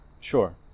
Sure